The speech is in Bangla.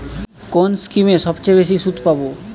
কোন স্কিমে সবচেয়ে বেশি সুদ পাব?